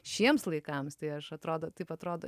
šiems laikams tai aš atrodo taip atrodo